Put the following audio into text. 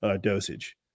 dosage